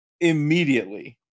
immediately